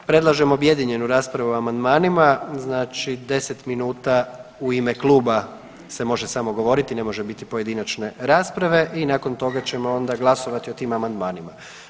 Predlažem objedinjenu raspravu o amandmanima, znači 10 minuta u ime kluba se može samo govoriti ne može biti pojedinačne rasprave i nakon toga ćemo onda glasovati o tim amandmanima.